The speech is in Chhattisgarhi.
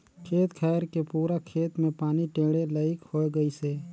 खेत खायर के पूरा खेत मे पानी टेंड़े लईक होए गइसे